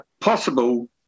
possible